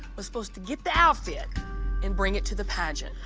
was supposed to get the outfit and bring it to the pageant.